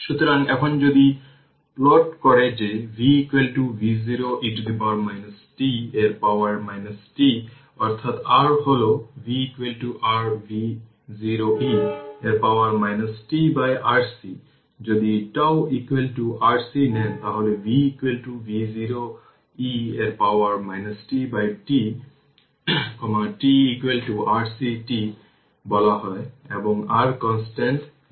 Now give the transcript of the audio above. সুতরাং এখন যদি প্লট করে যে V v0 e t এর পাওয়ার t অর্থাৎ r হল v r v0 e এর পাওয়ার tRC যদি τ RC নেন তাহলে v v0 e এর পাওয়ার tτ τ RC τ বলা হয় এবং r কনস্ট্যান্ট দেখতে পাবে